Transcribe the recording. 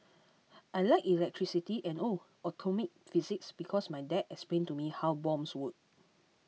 I like electricity and oh atomic physics because my dad explained to me how bombs work